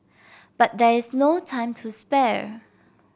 but there is no time to spare